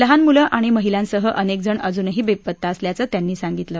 लहान मुलं आणि महिलांसह अनेक जण अजूनही बेपत्ता असल्याचं त्यांनी सांगितलं